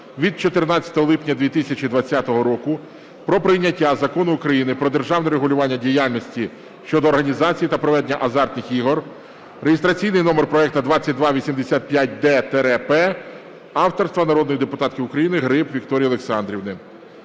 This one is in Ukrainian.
від 14 липня 2020 року, про прийняття Закону України "Про державне регулювання діяльності щодо організації та проведення азартних ігор" (реєстраційний номер проекту 2285-д-П) авторства народної депутатки України Гриб Вікторії Олександрівни.